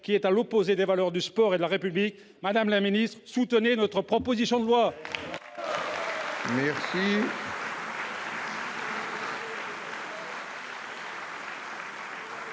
qui est à l'opposé des valeurs du sport et de la République. Madame la ministre, soutenez notre proposition de loi